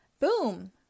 boom